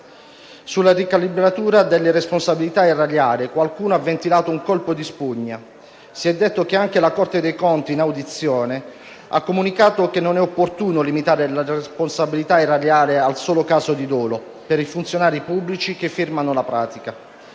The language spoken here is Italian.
Sulla ricalibratura della responsabilità erariale qualcuno ha ventilato un colpo di spugna. Si è detto che anche la Corte dei conti in audizione ha comunicato che non è opportuno limitare la responsabilità erariale al solo caso di dolo per i funzionari pubblici che firmano la pratica.